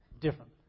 different